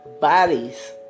bodies